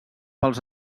pels